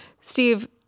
Steve